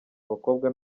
abakobwa